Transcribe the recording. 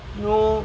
you know